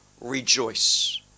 rejoice